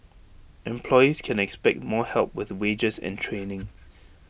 employees can expect more help with wages and training